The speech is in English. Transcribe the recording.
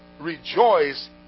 rejoice